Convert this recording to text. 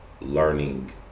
learning